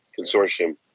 consortium